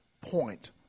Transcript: point